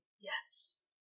Yes